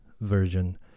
version